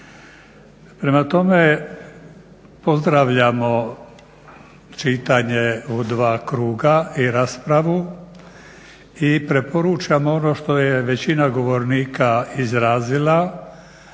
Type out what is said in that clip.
Prema tome, pozdravljamo čitanje u dva kruga i raspravu. I preporučam ono što je većina govornika izrazila